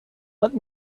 let